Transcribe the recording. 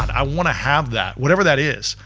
i wanna have that, whatever that is,